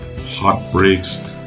heartbreaks